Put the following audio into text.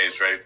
right